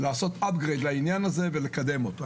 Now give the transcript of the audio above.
לעשות upgrade לעניין הזה ולקדם אותו.